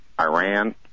Iran